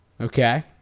Okay